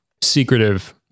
secretive